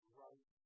right